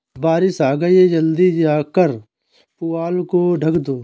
बारिश आ गई जल्दी जाकर पुआल को ढक दो